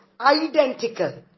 identical